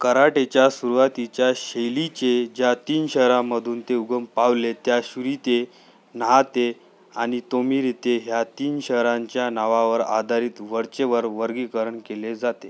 कराटेच्या सुरुवातीच्या शैलीचे ज्या तीन शहरामधून ते उगम पावले त्या शुरीते नहाते आणि तोमिरीते ह्या तीन शहरांच्या नावावर आधारित वरचेवर वर्गीकरण केले जाते